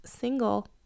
single